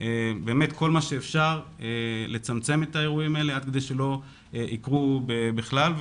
כל מה שאפשר כדי לצמצם את האירועים האלה עד שלא יקרו בכלל.